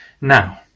Now